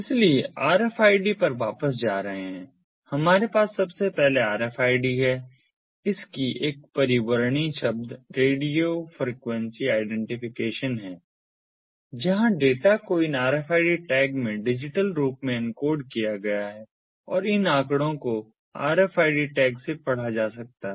इसलिए RFID पर वापस जा रहे हैं हमारे पास सबसे पहले RFID है इसकी एक परिवर्णी शब्द रेडियो फ्रीक्वेंसी आइडेंटिफिकेशन है जहां डेटा को इन RFID टैग में डिजिटल रूप से एन्कोड किया गया है और इन आंकड़ों को RFID टैग से पढ़ा जा सकता है